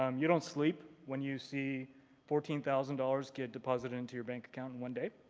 um you don't sleep when you see fourteen thousand dollars get deposited into your bank account in one day.